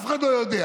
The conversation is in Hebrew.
אף אחד לא יודע.